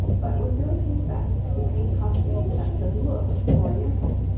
but was doing his best to paint costumes that should look oriental.